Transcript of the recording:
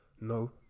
No